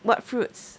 what fruits